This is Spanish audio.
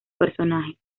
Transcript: personajes